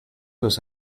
los